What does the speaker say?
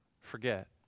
forget